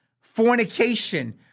fornication